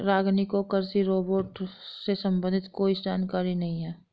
रागिनी को कृषि रोबोट से संबंधित कोई जानकारी नहीं है